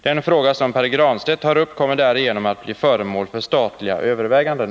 Den fråga som Pär Granstedt tar upp kommer därigenom att bli föremål för statliga överväganden.